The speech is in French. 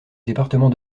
département